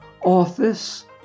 office